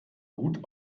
gut